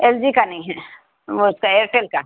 L جی کا نہیں ہے وہ اس کا ایرٹل کا